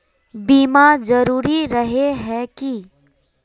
बीमा जरूरी रहे है की?